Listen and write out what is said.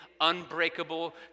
unbreakable